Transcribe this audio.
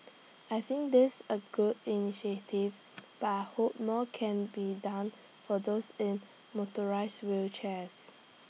I think this A good initiative but I hope more can be done for those in motorised wheelchairs